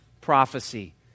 prophecy